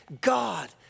God